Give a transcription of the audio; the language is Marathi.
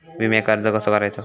विम्याक अर्ज कसो करायचो?